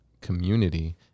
community